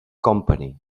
company